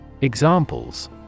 Examples